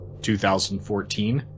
2014